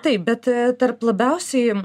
taip bet tarp labiausiai